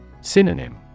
Synonym